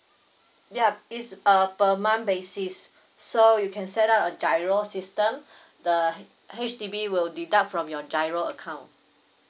ya it is a per month basis so you can set up a GIRO system the H_D_B will deduct from your GIRO account